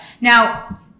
Now